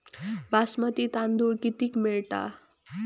बासमती तांदूळ कितीक मिळता?